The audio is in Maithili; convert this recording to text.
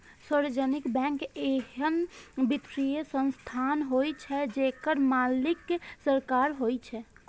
सार्वजनिक बैंक एहन वित्तीय संस्थान होइ छै, जेकर मालिक सरकार होइ छै